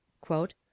quote